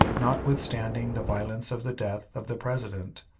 notwithstanding the violence of the death of the president,